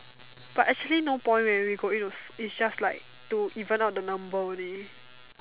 but actually no point where we go you know it's just like to even out the number only